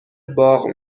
باغ